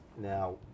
now